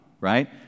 right